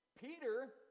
Peter